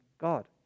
God